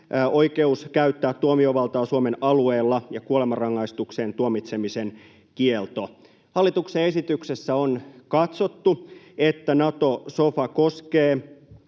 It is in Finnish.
oikeus käyttää tuomiovaltaa Suomen alueella ja kuolemanrangaistukseen tuomitsemisen kielto. Hallituksen esityksessä on katsottu, että Nato-sofa koskee